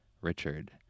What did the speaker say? Richard